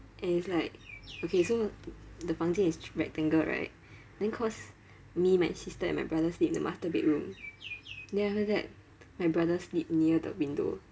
and it's like okay so the 房间 is rectangle right then cause me my sister and my brother sleep in the master bedroom then after that my brother sleep near the window